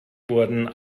wurden